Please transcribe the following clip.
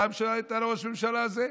פעם שולחת את הראש ממשלה הזה,